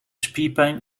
spierpijn